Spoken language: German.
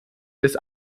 des